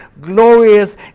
glorious